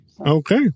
Okay